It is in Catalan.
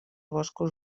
boscos